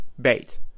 bait